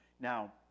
Now